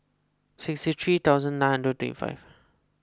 sixty three thousand nine and twenty five